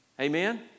Amen